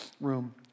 room